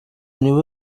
niwe